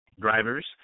drivers